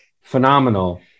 phenomenal